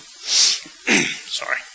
Sorry